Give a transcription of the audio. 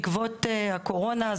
בעקבות הקורונה,